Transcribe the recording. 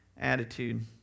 attitude